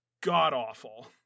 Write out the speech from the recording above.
god-awful